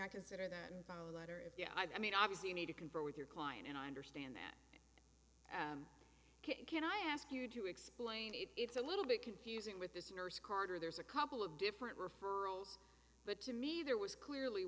i consider that in fact letter if you know i mean obviously you need to converse with your client and i understand that can i ask you to explain it it's a little bit confusing with this nurse carter there's a couple of different referrals but to me there was clearly